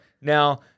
Now